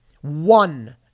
One